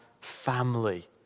family